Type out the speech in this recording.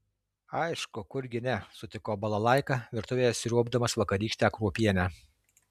aišku kurgi ne sutiko balalaika virtuvėje sriuobdamas vakarykštę kruopienę